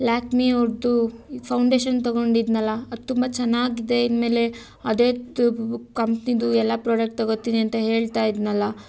ಲ್ಯಾಕ್ಮಿಯವ್ರದ್ದು foundation ತಗೊಂಡಿದ್ದೆನಲ್ಲ ಅದು ತುಂಬ ಚೆನ್ನಾಗಿದೆ ಇನ್ನು ಮೇಲೆ ಅದೇ ಕಂಪ್ನಿದು ಎಲ್ಲ ಪ್ರೊಡಕ್ಟ್ ತಗೋತೀನಿ ಅಂತ ಹೇಳ್ತಾ ಇದ್ನಲ್ಲಾ